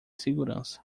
segurança